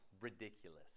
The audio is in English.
ridiculous